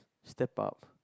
step up